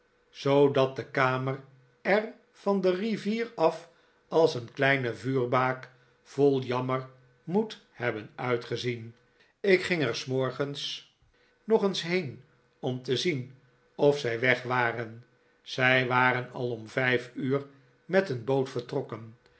zoodat de kamer er van de rivier af als een kleine vuurbaak vol jammer moet hebben uitgezien ik ging er s morgens nog eens heen om te zien of zij weg waren zij waren al om vijf uur met een boot vertrokken